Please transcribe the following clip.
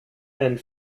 and